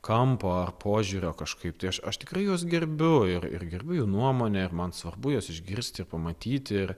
kampo ar požiūrio kažkaip tai aš aš tikrai juos gerbiu ir ir gerbiu jų nuomonę ir man svarbu juos išgirsti ir pamatyti